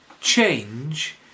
change